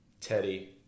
Teddy